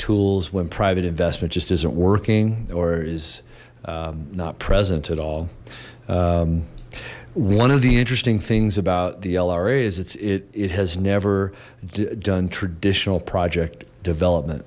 tools when private investment just isn't working or is not present at all one of the interesting things about the lra is its it it has never done traditional project development